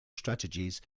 strategies